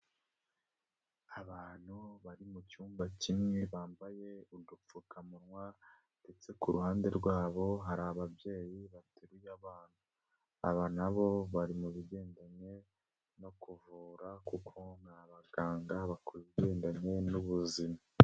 Abantu bari mucyumba kimwe bambaye udupfukamunwa ndetse ku ruhande rwabo hari ababyeyi bateruye abana, aba nabo bari mu bigendanye no kuvura kuko n'abaganga bakora ibigendanye n'ubuzima